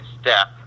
step